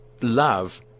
love